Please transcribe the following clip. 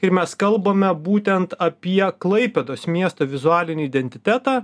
ir mes kalbame būtent apie klaipėdos miesto vizualinį identitetą